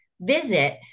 visit